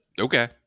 Okay